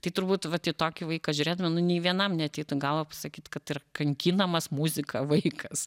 tai turbūt vat į tokį vaiką žiūrėdami nu nei vienam neateitų į galvą pasakyt kad tai yra kankinamas muzika vaikas